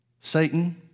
Satan